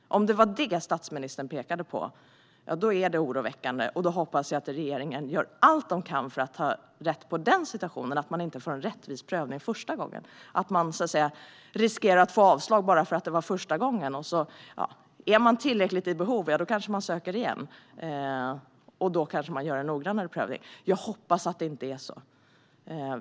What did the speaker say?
Om det var det statsministern pekade på är det oroväckande, och då hoppas jag att regeringen gör allt den kan för att ta rätt på den situationen, alltså att man inte får en rättvis prövning första gången utan riskerar att få avslag bara för att det var första gången man sökte, men om man är i tillräckligt behov kanske man söker igen, och då kanske det görs en noggrannare prövning. Jag hoppas att det inte är så.